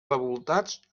revoltats